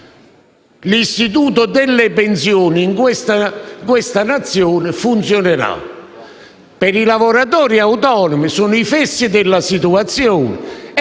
l'istituto delle pensioni in questa nazione funzionerà nel modo seguente: i lavoratori autonomi sono i fessi della situazione